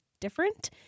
different